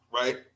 right